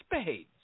spades